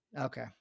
Okay